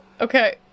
Okay